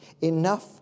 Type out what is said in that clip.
enough